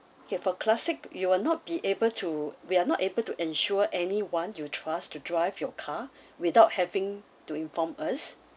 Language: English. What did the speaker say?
okay for classic you will not be able to we are not able to ensure any one you trust to drive your car without having to inform us